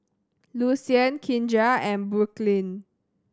Lucian Kindra and Brooklynn